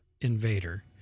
Invader